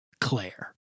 Claire